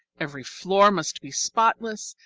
every floor must be spotless,